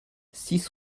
six